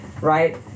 right